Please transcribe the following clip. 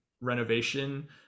renovation